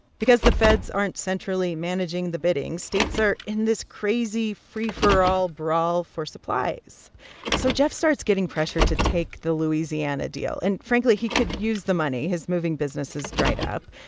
because the feds aren't centrally managing the bidding, states are in this crazy free-for-all brawl for supplies so jeff starts getting pressure to take the louisiana deal. and, frankly, he could use the money. his moving business has dried up.